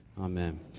Amen